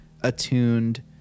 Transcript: attuned